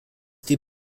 die